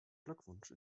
glückwunsch